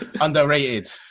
Underrated